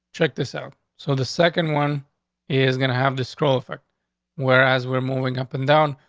check this out. so the second one is gonna have this scroll for whereas we're moving up and down,